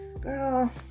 girl